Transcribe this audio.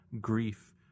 grief